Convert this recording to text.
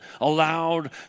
allowed